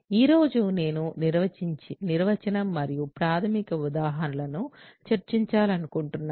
ఈ రోజు నేను నిర్వచనం మరియు ప్రాథమిక ఉదాహరణలను చర్చించాలనుకుంటున్నాను